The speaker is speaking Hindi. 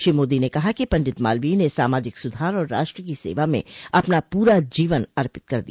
श्री मोदी ने कहा कि पंडित मालवोय ने सामाजिक सुधार और राष्ट्र की सेवा में अपना प्रा जीवन समर्पित कर दिया